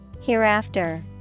Hereafter